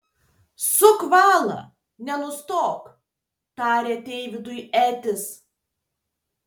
suk valą nenustok tarė deividui edis